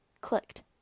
clicked